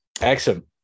Excellent